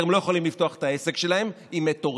הם לא יכולים לפתוח את העסק שלהם היא מטורפת.